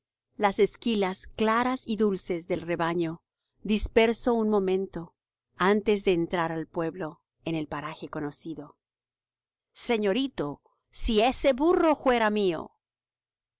las esquilas claras y dulces del rebaño disperso un momento antes de entrar al pueblo en el paraje conocido zeñorito zi eze burro juera mío